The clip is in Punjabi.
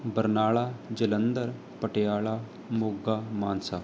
ਬਰਨਾਲਾ ਜਲੰਧਰ ਪਟਿਆਲਾ ਮੋਗਾ ਮਾਨਸਾ